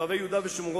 אוהבי יהודה ושומרון,